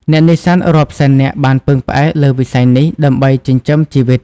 អ្នកនេសាទរាប់សែននាក់បានពឹងផ្អែកលើវិស័យនេះ ដើម្បីចិញ្ចឹមជីវិត។